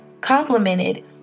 complemented